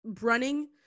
running